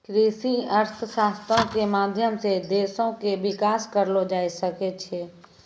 कृषि अर्थशास्त्रो के माध्यम से देशो के विकास करलो जाय सकै छै